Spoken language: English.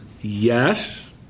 yes